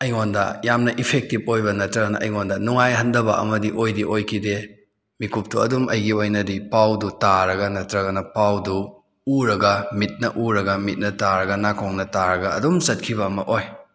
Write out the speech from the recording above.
ꯑꯩꯉꯣꯟꯗ ꯌꯥꯝꯅ ꯏꯐꯦꯛꯇꯤꯕ ꯑꯣꯏꯕ ꯅꯠꯇ꯭ꯔꯒꯅ ꯑꯩꯉꯣꯟꯗ ꯅꯨꯡꯉꯥꯏꯍꯟꯗꯕ ꯑꯃꯗꯤ ꯑꯣꯏꯗꯤ ꯑꯣꯏꯈꯤꯗꯦ ꯃꯤꯀꯨꯞꯇꯨ ꯑꯗꯨꯝ ꯑꯩꯒꯤ ꯑꯣꯏꯅꯗꯤ ꯄꯥꯎꯗꯨ ꯇꯥꯔꯒ ꯅꯠꯇ꯭ꯔꯒꯅ ꯄꯥꯎꯗꯨ ꯎꯔꯒ ꯃꯤꯠꯅ ꯎꯔꯒ ꯃꯤꯠꯅ ꯇꯥꯔꯒ ꯅꯥꯀꯣꯡꯅ ꯇꯥꯔꯒ ꯑꯗꯨꯝ ꯆꯠꯈꯤꯕ ꯑꯃ ꯑꯣꯏ